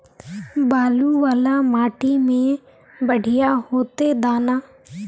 बालू वाला माटी में बढ़िया होते दाना?